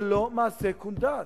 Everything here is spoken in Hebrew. זה לא מעשה קונדס.